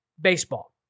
baseball